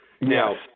Now